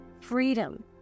freedom